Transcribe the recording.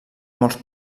molts